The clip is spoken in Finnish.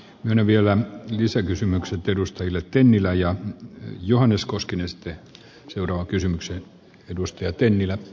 menen vielä lisäkysymykset edustajille kääntynyt ja hyvä näin